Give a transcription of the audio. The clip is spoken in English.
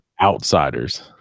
Outsiders